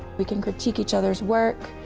we can critique each other's work.